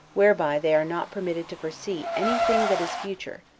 whereby they are not permitted to foresee any thing that is future,